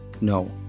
No